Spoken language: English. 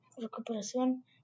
recuperación